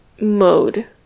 mode